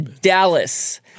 Dallas